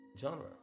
genre